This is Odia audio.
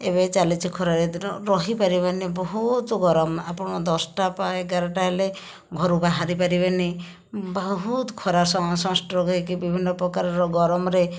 ଏବେ ଚାଲିଛି ଖରାଦିନ ରହିପାରିବନି ବହୁତ ଗରମ ଆପଣ ଦଶଟା ବା ଏଗାରଟା ହେଲେ ଘରୁ ବାହାରିପାରିବେନି ବହୁତ ଖରା ସନ୍ଷ୍ଟ୍ରୋକ୍ ହୋଇକି ବିଭିନ୍ନ ପ୍ରକାର ଗରମରେ